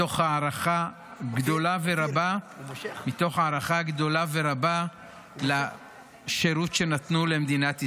מתוך הערכה גדולה ורבה לשירות שנתנו למדינת ישראל.